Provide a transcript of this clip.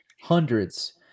hundreds